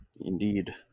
Indeed